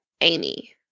Amy